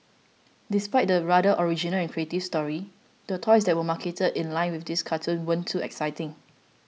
despite the rather original and creative story the toys that were marketed in line with this cartoon weren't too exciting